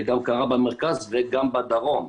זה גם קרה במרכז וגם בדרום.